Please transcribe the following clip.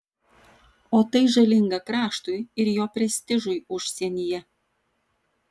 o tai žalinga kraštui ir jo prestižui užsienyje